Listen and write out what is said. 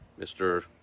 Mr